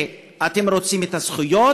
אתם רוצים את הזכויות,